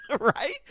right